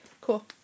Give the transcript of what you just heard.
cool